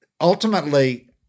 ultimately